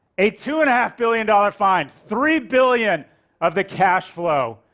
a two-and-a-half-billion-dollar fine, three billion of the cash flow,